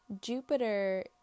Jupiter